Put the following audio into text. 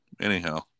Anyhow